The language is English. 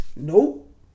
Nope